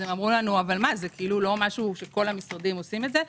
אז אמרו לנו: זה לא משהו שכל המשרדים עושים את זה?